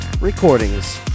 Recordings